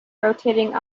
rotating